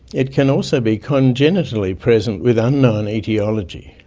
it can also be congenitally present with unknown aetiology,